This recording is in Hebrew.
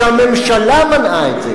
כשהממשלה מנעה את זה.